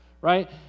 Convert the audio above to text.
right